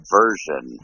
version